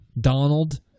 Donald